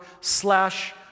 slash